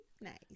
nice